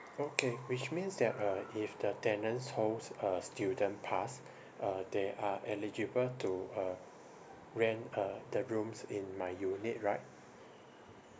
okay which means that uh if the tenants holds a student pass uh they are eligible to uh rent uh the rooms in my unit right